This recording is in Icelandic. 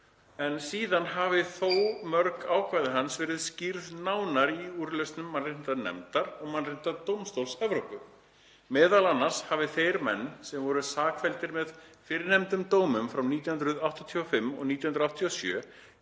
en síðan hafi þó mörg ákvæði hans verið skýrð nánar í úrlausnum mannréttindanefndar og Mannréttindadómstóls Evrópu. Meðal annars hafi þeir menn, sem voru sakfelldir með fyrrnefndum dómum frá 1985 og 1987,